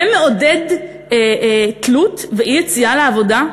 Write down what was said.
זה מעודד תלות ואי-יציאה לעבודה?